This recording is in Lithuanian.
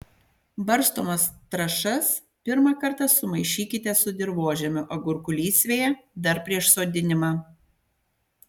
barstomas trąšas pirmą kartą sumaišykite su dirvožemiu agurkų lysvėje dar prieš sodinimą